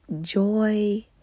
joy